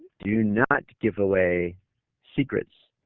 do not give away secrets,